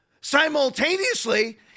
Simultaneously